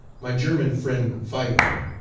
my german friend faigo,